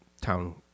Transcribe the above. town